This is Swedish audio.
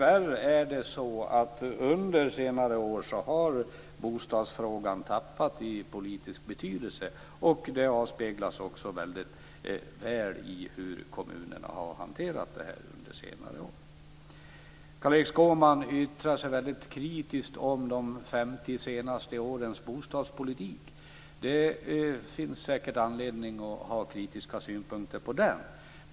Fru talman! Tyvärr har bostadsfrågan tappat i politisk betydelse under senare år. Det avspeglas väldigt väl i hur kommunerna har hanterat detta. Carl-Erik Skårman yttrar sig kritiskt om de 50 senaste årens bostadspolitik. Det finns säkert anledning att ha kritiska synpunkter på den.